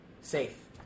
safe